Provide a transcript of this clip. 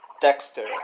Dexter